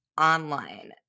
online